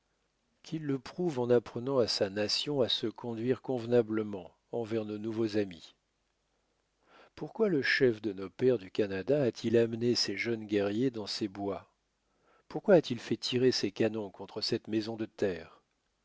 qu'il le prouve en apprenant à sa nation à se conduire convenablement envers nos nouveaux amis pourquoi le chef de nos pères du canada a-t-il amené ses jeunes guerriers dans ces bois pourquoi a-t-il fait tirer ses canons contre cette maison de terre